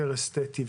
יותר אסטטי,